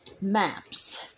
maps